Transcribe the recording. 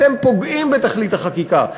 אתם פוגעים בתכלית החקיקה.